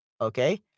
Okay